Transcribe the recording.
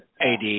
Ad